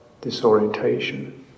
disorientation